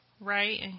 Right